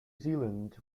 zealand